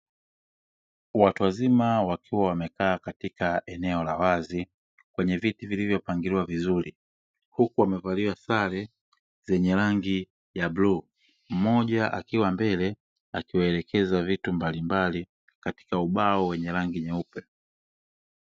Watu wazima wakiwa wamekaa katika eneo la wazi kwenye viti vilivyopangiliwa vizuri, huku wamevalia sare zenye rangi ya bluu, mmoja akiwa mbele akiwaelekeza vitu mbalimbali katika ubao wenye rangi nyeupe.